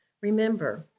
Remember